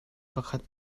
pakhat